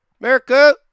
America